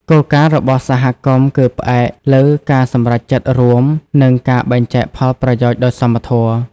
គោលការណ៍របស់សហគមន៍គឺផ្អែកលើការសម្រេចចិត្តរួម និងការបែងចែកផលប្រយោជន៍ដោយសមធម៌។